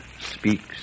speaks